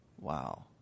Wow